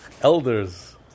elders